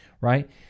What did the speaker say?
right